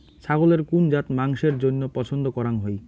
ছাগলের কুন জাত মাংসের জইন্য পছন্দ করাং হই?